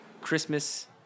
Christmas